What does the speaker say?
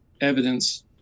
evidence